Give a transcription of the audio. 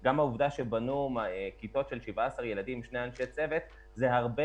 גם כיתות של 17 ילדים עם שני אנשי צוות הן הרבה